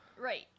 Right